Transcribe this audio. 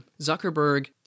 Zuckerberg